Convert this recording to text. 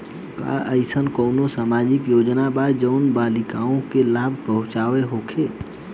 का एइसन कौनो सामाजिक योजना बा जउन बालिकाओं के लाभ पहुँचावत होखे?